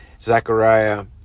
Zechariah